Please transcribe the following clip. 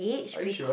are you sure